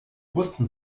wussten